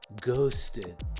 Ghosted